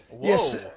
Yes